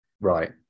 Right